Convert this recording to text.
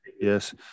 yes